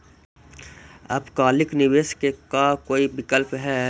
अल्पकालिक निवेश के का कोई विकल्प है?